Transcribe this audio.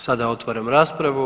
Sada otvaram raspravu.